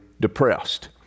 depressed